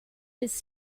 his